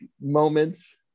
moments